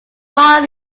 one